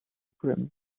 brim